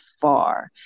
far